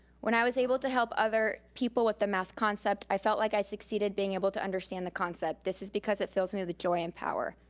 when i was able to help other people with the math concept, i felt like i succeeded being able to understand the concept. this is because it fills me with joy and power.